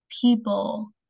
people